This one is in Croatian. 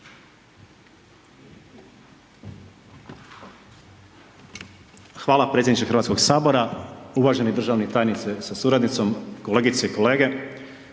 potpredsjedniče Hrvatskoga sabora, uvažena državna tajnice sa suradnicima, kolegice i kolege.